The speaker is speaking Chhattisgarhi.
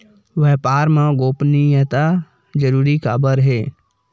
व्यापार मा गोपनीयता जरूरी काबर हे?